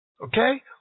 Okay